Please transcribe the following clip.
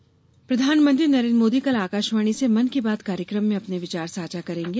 मन की बात प्रधानमंत्री नरेन्द्र मोदी कल आकाशवाणी से मन की बात कार्यक्रम में अपने विचार साझा करेंगे